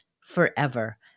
forever